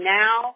now